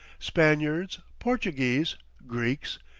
spaniards, portuguese, greeks,